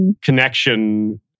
connection